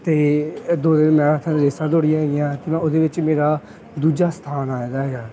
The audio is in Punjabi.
ਅਤੇ ਦੋ ਤਿੰਨ ਮੈਰਾਥਨ ਰੇਸਾਂ ਦੌੜੀਆਂ ਹੈਗੀਆਂ ਅਤੇ ਮੈਂ ਉਹਦੇ ਵਿੱਚ ਮੇਰਾ ਦੂਜਾ ਸਥਾਨ ਆਇਆ ਵਾ ਹੈਗਾ